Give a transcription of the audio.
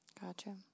Gotcha